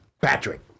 Patrick